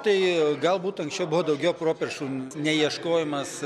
tai galbūt anksčiau buvo daugiau properšų neieškojimas